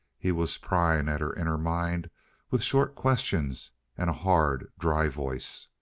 he was prying at her inner mind with short questions and a hard, dry voice.